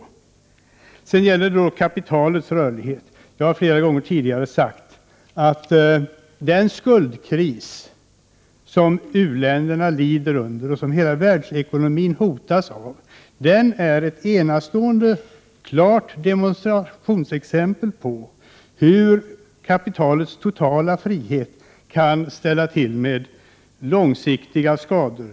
När det gäller kapitalets rörlighet har jag flera gånger tidigare sagt att den skuldkris som i-länderna lider under, och som hela världsekononin hotas av, är ett enastående klart demonstrationsexempel på hur kapitalets totala frihet kan ställa till med långsiktiga skador.